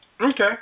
Okay